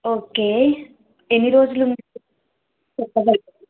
okay ఎన్ని రోజులు ఉంటారో చెప్పగలరా